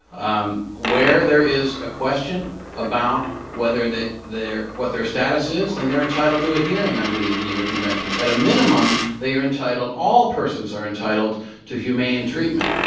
um where there is a question about whether they're what their status is, then they're entitled to a hearing under the geneva conventions. at a minimum, they are entitled all persons are entitled to humane treatment.